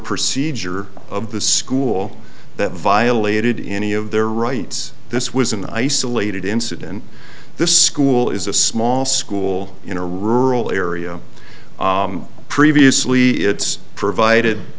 procedure of the school that violated in any of their rights this was an isolated incident this school is a small school in a rural area previously it's provided